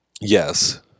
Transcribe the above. Yes